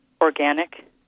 organic